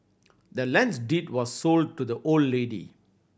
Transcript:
the land's deed was sold to the old lady